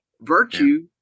Virtue